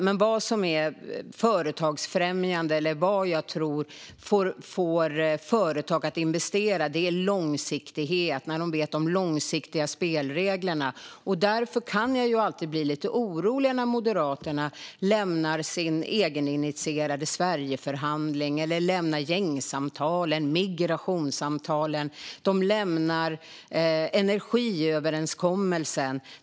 Men vad som är företagsfrämjande eller vad som är det jag tror får företag att investera är långsiktighet - när de vet de långsiktiga spelreglerna. Därför kan jag bli lite orolig när Moderaterna lämnar sin egeninitierade Sverigeförhandling eller när de lämnar gängsamtalen, migrationssamtalen eller energiöverenskommelsen.